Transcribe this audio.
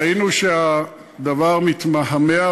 ראינו שהדבר מתמהמה,